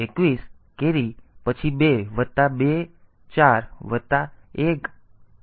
તેથી 2 1 કેરી પછી 2 વત્તા 2 4 વત્તા 1 5 52